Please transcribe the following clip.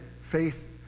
faith